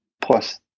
plus